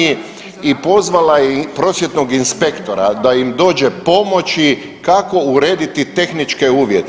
I pozvala je prosvjetnog inspektora da im dođe pomoći kako urediti tehničke uvjete.